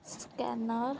scanner